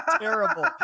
terrible